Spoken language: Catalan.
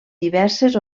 diverses